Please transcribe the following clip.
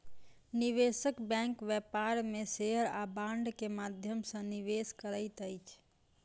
निवेशक बैंक व्यापार में शेयर आ बांड के माध्यम सॅ निवेश करैत अछि